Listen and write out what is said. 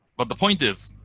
but the point is,